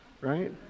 right